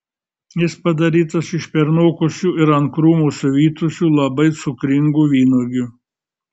jis padarytas iš pernokusių ir ant krūmo suvytusių labai cukringų vynuogių